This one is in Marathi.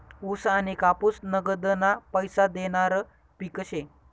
ऊस आनी कापूस नगदना पैसा देनारं पिक शे